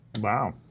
Wow